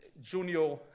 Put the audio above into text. junior